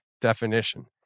definition